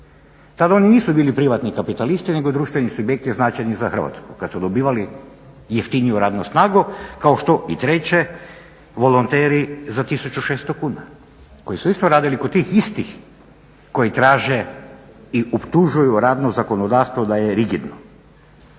da oni nisu bili privatni kapitalisti, nego društveni subjekti značajni za Hrvatsku, kada su dobivali jeftiniju radnu snagu, kao što i treće volonteri za 1600 kuna koji su isto radili kod tih istih koji traže i optužuju radno zakonodavstvo da je rigidno.